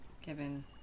given